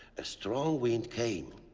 a strong wind came,